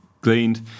gleaned